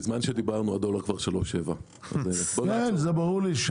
בזמן שדיברנו, הדולר כבר 3.7. ברור לי.